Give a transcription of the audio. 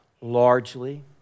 largely